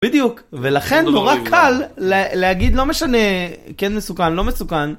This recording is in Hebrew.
בדיוק ולכן נורא קל להגיד לא משנה כן מסוכן לא מסוכן